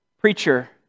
preacher